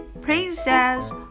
Princess